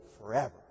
forever